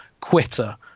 quitter